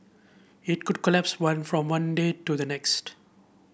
it could collapse one from one day to the next